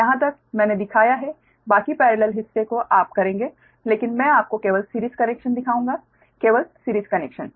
यहाँ तक मैंने दिखाया है बाकी पेरेलल हिस्से को आप करेंगे लेकिन मैं आपको केवल सिरीज़ कनेक्शन दिखाऊंगा केवल सिरीज़ कनेक्शन